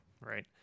Right